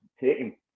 taking